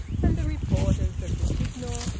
and the reporters of the signal,